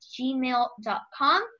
gmail.com